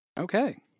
Okay